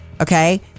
okay